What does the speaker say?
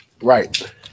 Right